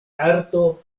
arto